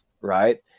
right